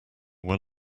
were